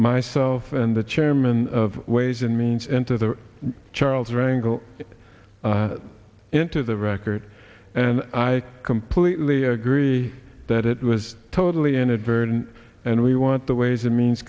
myself and the chairman of ways and means and to the charles wrangle it into the record and i completely agree that it was totally inadvertent and we want the ways and means